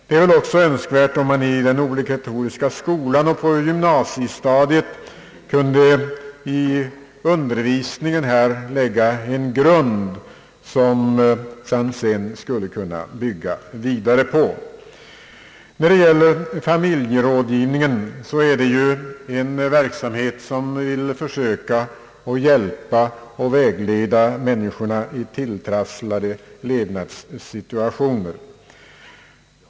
Det är väl också önskvärt om man i den obligatoriska skolan och på gymnasiestadiet kunde i undervisningen lägga en grund, som man sedan skulle kunna bygga vidare på. Familjerådgivningen är en verksamhet som vill försöka att hjälpa och vägleda människorna i tilltrasslade situationer i livet.